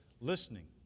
listening